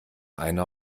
einer